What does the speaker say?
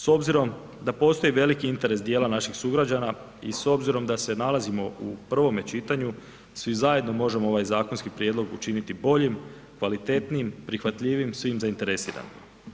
S obzirom da postoji veliki interes dijela naših sugrađana i s obzirom da se nalazimo u prvome čitanju svi zajedno možemo ovaj zakonski prijedlog učiniti bolji, kvalitetnijim, prihvatljivijim svim zainteresiranim.